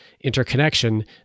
interconnection